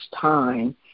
time